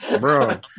bro